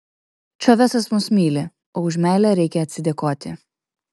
čavesas mus myli o už meilę reikia atsidėkoti